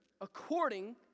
according